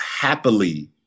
happily